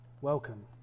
Welcome